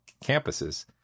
campuses